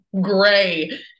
gray